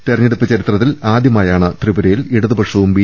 തെരഞ്ഞെടുപ്പ് ചരി ത്രത്തിൽ ആദ്യമായാണ് ത്രിപുരയിൽ ഇടതുപക്ഷവും ബി